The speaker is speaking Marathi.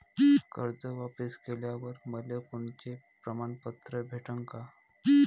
कर्ज वापिस केल्यावर मले कोनचे प्रमाणपत्र भेटन का?